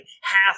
half